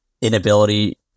inability